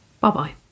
bye-bye